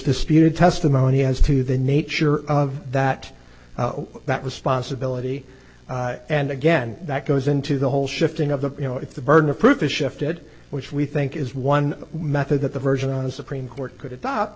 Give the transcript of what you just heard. disputed testimony as to the nature of that that was sponsibility and again that goes into the whole shifting of the you know if the burden of proof is shifted which we think is one method that the version of the supreme court could adopt